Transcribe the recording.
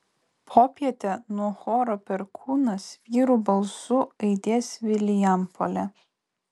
popietę nuo choro perkūnas vyrų balsų aidės vilijampolė